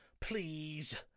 please